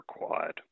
required